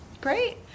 Great